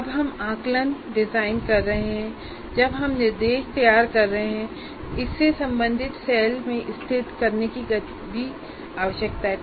जब हम आकलन डिजाइन कर रहे हों या जब हम निर्देश तैयार कर रहे हों और इसे संबंधित सेल में स्थित करने की भी आवश्यकता हो